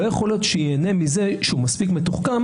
לא יתכן שייהנה מזה שהוא מספיק מתוחכם